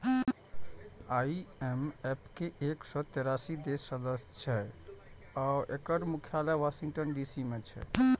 IMF के एक सय तेरासी देश सदस्य छै आ एकर मुख्यालय वाशिंगटन डी.सी मे छै